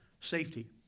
safety